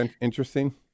interesting